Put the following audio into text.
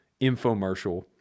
infomercial